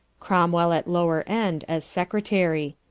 cromwell at lower end, as secretary.